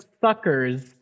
suckers